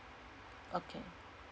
okay